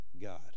god